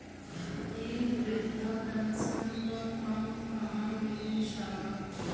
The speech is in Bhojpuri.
इ बृधा पेनसन का फर्म कहाँ मिली साहब?